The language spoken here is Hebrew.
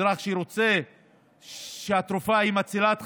אזרח שהתרופה היא מצילת חיים,